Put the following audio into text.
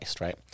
right